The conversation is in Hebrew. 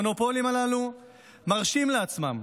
המונופולים הללו מרשים לעצמם